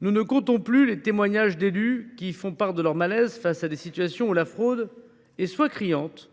Nous ne comptons plus les témoignages d’élus qui font part de leur malaise face à des situations où la fraude est soit criante,